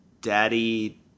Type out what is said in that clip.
Daddy